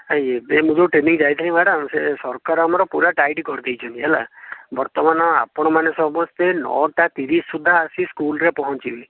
ଏବେ ମୁଁ ଯେଉଁ ଟ୍ରେନିଙ୍ଗ ଯାଇଥିଲି ମ୍ୟାଡ଼ାମ ସେ ସରକାର ଆମର ପୁରା ଟାଇଟ କରିଦେଇଛନ୍ତି ହେଲା ବର୍ତ୍ତମାନ ଆପଣ ମାନେ ସମସ୍ତେ ନଅ ଟା ତିରିଶ ସୁଦ୍ଧା ଆସି ସ୍କୁଲରେ ପହଞ୍ଚିବେ